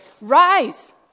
rise